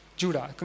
Judah